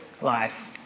life